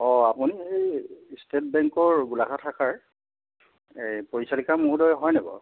অঁ আপুনি সেই ষ্টেট বেংকৰ গোলাঘাট শাখাৰ পৰিচালিকা মহোদয় হয় নে বাৰু